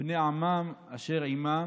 / בני עמם, אשר עימם,